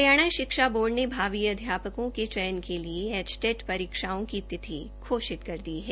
हरियाणा शिक्षा बोर्ड ने भावी अध्यापकों के चयन के लिए एचटेट परीक्षाओं की तिथि घोषित कर दी हैं